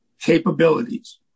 capabilities